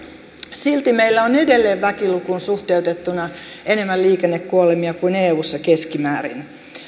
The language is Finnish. silti meillä on edelleen väkilukuun suhteutettuna enemmän liikennekuolemia kuin eussa keskimäärin